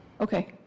Okay